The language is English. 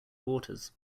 waters